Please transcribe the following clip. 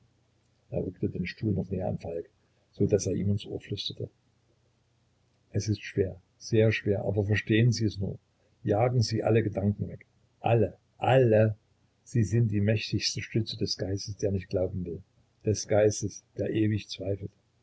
er rückte den stuhl noch näher an falk so daß er ihm ins ohr flüsterte es ist schwer sehr schwer aber versuchen sie es nur jagen sie alle gedanken weg alle alle sie sind die mächtigste stütze des geistes der nicht glauben will des geistes der ewig zweifelt